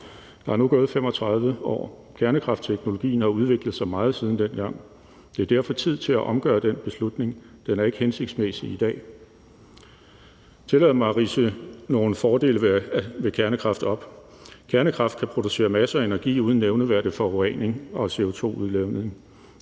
Der er nu gået 35 år, og kernekraftteknologien har udviklet sig meget siden dengang. Det er derfor tid til at omgøre den beslutning. Den er ikke hensigtsmæssig i dag. Tillad mig at ridse nogle fordele ved kernekraft op. Kernekraft kan producere masser af energi uden nævneværdig forurening og CO2-udledning;